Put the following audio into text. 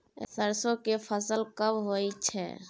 सरसो के फसल कब होय छै?